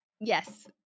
yes